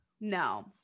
No